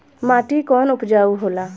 माटी कौन उपजाऊ होला?